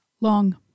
Long